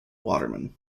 waterman